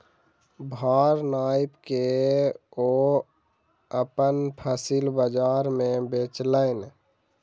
भार नाइप के ओ अपन फसिल बजार में बेचलैन